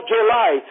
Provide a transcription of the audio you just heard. July